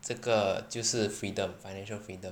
这个就是 freedom financial freedom